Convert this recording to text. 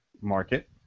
market